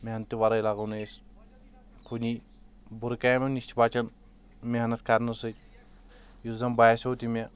محنتتہِ ورٲے لَگوو نہٕ أسۍ کُنی بُر کامٮ۪ن نِش چھِ بَچان محنت کرنہٕ سۭتۍ یُس زَن باسیو تہِ مےٚ